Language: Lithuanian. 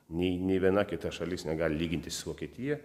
nei nei viena kita šalis negali lygintis su vokietija